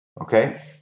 okay